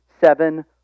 seven